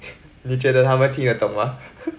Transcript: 你觉得他们听得懂吗